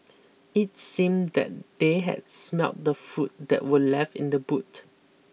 it seemed that they had smelt the food that were left in the boot